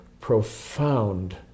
profound